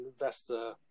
investor